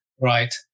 right